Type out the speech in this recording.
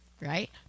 right